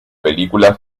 película